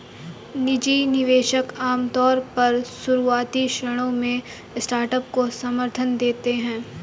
निजी निवेशक आमतौर पर शुरुआती क्षणों में स्टार्टअप को समर्थन देते हैं